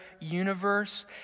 universe